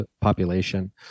population